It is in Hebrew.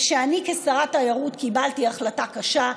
ושאני כשרת תיירות קיבלתי החלטה קשה: